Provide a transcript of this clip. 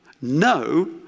no